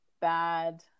bad